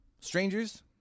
Strangers